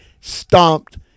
stomped